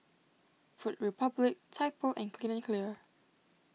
Food Republic Typo and Clean and Clear